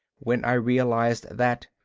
when i realized that,